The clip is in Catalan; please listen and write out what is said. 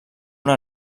una